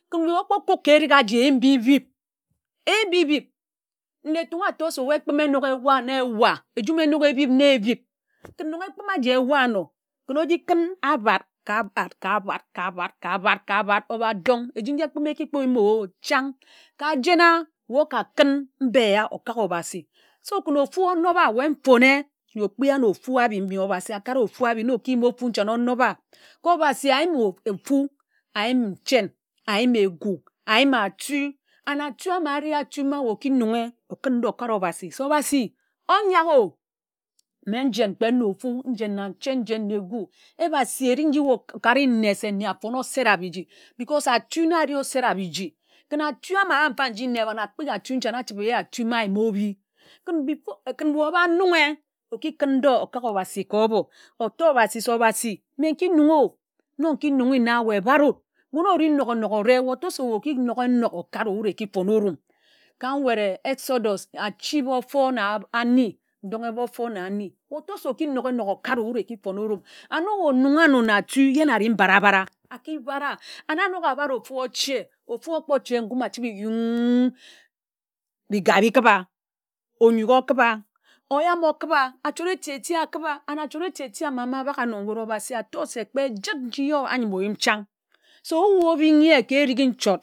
Ken we okpō kūd ka erigha eyim mbi êbib ebibib nne Etung ator se ebu ekpimi enok ėwạ na ewa ejum enok ebib na ebib ken nok ekpimi aji ėwạ āno ken oji kun ka abad ka abād ka abad ka abād ka abāa ka abād ōba ton eji ekpimi eki kpo yim oh chan̄ ka jen a ye oka kim mbi éye okak obhasi so ken̄ ofu onob a ye mfone n̄nyo ōkpia ano ofu abi mbi obhasi akara ofu abi na oki yim nchane onob a ka obhasi āyim âtu and átu áma na áreh atu ma ye oki nonghe okun okare obhasi se obhasi ónyak o mme njen kpe na ofu njen na nchen njen na egu ebasi eriń nji ye okari nne se de nne afoń osera- biji because átu na areh osera-biji ken ātu ama ába nne tad akpinghi átu nchane achibe ye ātu ma ye áyim óbi ken before ken ye ōba nonghe oki kún ndō okak obhasi ka ōbo ōtor obhasi se obhasi mme nki nongho nno nki nnonghe na ye bád o wun ori nok-onok ȯre weh ótor se weh oki nok enok okare wud ka nwed Exodus achi ba ofo na eni doghe ka ofor na eni ye oto se oki nok enok okare wud eki fon orum and onok onon̄g āno na ātu ye na ari m'bara bara aki bara and anok abara ofu oche ofu ȯgbo che ngum achibe yum mbi tad îkiba ónyuk okiba oyām okiba achort eti-eti akiba and achort eti-eti ma ābak a anor nwed obhasi āto se kpe jid nji anyim-o-anyim chan̄ se ọwu obing ye ka eri ghi nchort.